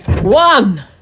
One